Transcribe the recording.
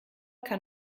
kann